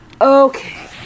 Okay